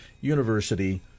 University